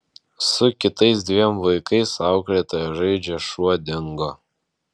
su kitais dviem vaikais auklėtoja žaidžia šuo dingo